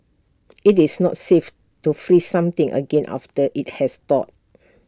IT is not safe to freeze something again after IT has thawed